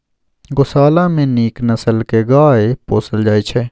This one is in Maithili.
गोशाला मे नीक नसल के गाय पोसल जाइ छइ